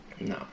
No